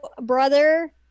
brother